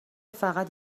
فقط